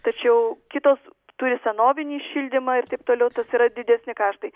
tačiau kitos turi senovinį šildymą ir taip toliau tas yra didesni kaštai